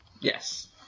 yes